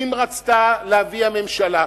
אם רצתה להביא הממשלה,